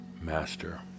Master